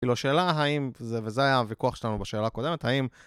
כאילו, שאלה האם זה, וזה הוויכוח שלנו בשאלה הקודמת, האם...